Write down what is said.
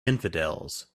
infidels